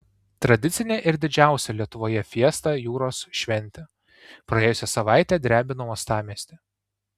tradicinė ir didžiausia lietuvoje fiesta jūros šventė praėjusią savaitę drebino uostamiestį